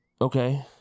Okay